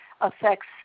affects